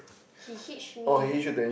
he hitch me